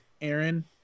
Aaron